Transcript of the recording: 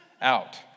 out